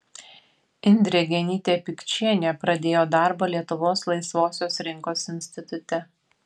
indrė genytė pikčienė pradėjo darbą lietuvos laisvosios rinkos institute